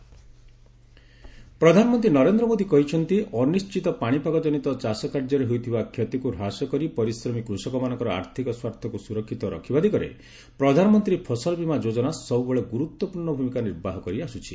PMFBY ପ୍ରଧାନମନ୍ତ୍ରୀ ନରେନ୍ଦ୍ର ମୋଦି କହିଛନ୍ତି ଅନିଶ୍ଚିତ ପାଣିପାଗ ଜନିତ ଚାଷକାର୍ଯ୍ୟରେ ହେଉଥିବା କ୍ଷତିକୁ ହ୍ରାସ କରି ପରିଶ୍ରମୀ କୃଷକମାନଙ୍କର ଆର୍ଥିକ ସ୍ୱାର୍ଥକୁ ସୁରକ୍ଷିତ ରଖିବା ଦିଗରେ ପ୍ରଧାନମନ୍ତ୍ରୀ ଫସଲ ବୀମା ଯୋଜନା ସବୁବେଳେ ଗୁରୁତ୍ୱପୂର୍ଷ୍ଣ ଭୂମିକା ନିର୍ବାହ କରିଆସୁଛି